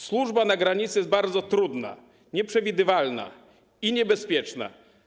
Służba na granicy jest bardzo trudna, nieprzewidywalna i niebezpieczna.